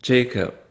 Jacob